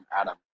Adam